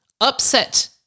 upset